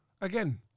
again